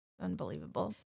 unbelievable